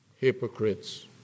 Hypocrites